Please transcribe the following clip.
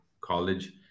college